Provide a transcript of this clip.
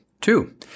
Two